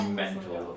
mental